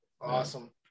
awesome